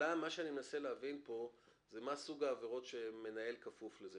אני מנסה להבין מה סוג העבירות שהמנהל כפוף להן?